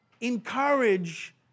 encourage